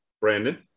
Brandon